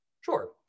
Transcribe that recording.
Sure